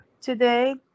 today